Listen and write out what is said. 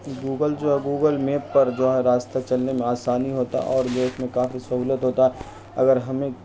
Google جو ہے Google map پر جو ہے راستہ چلنے میں آسانی ہوتا ہے اور میں کافی سہولت ہوتا ہے اگر ہمیں